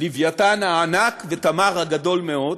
"לווייתן", הענק, ו"תמר", הגדול מאוד,